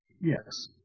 Yes